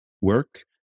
work